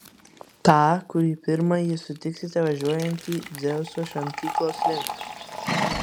tą kurį pirmąjį sutiksite važiuojantį dzeuso šventyklos link